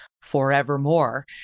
forevermore